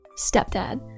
Stepdad